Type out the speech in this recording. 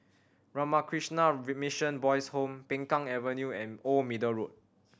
Ramakrishna Mission Boys' Home Peng Kang Avenue and Old Middle Road